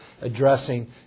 addressing